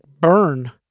burn